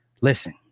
Listen